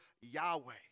Yahweh